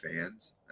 fans